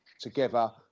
together